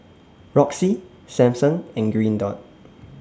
Roxy Samsung and Green Dot